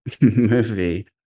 movie